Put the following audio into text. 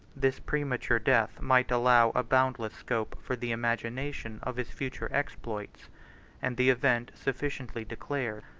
this premature death might allow a boundless scope for the imagination of his future exploits and the event sufficiently declares,